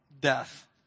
death